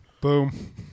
Boom